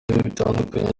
bitandukanye